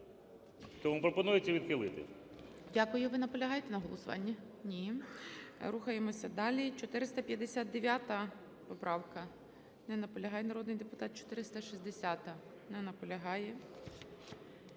Тому пропонується відхилити.